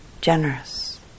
generous